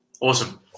Awesome